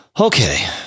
okay